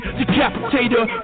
decapitator